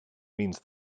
means